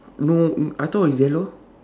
no mm I thought it's yellow